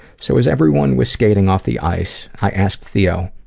so as everyone was skating off the ice, i asked theo,